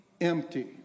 empty